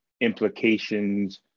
implications